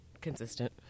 consistent